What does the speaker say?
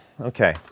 okay